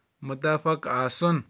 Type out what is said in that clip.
مُتفق آسُن